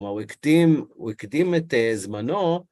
כלומר, הוא הקדים את זמנו.